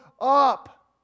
up